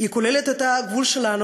היא כוללת את הגבול שלנו,